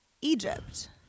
Egypt